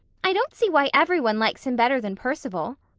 i don't see why every one likes him better than perceval.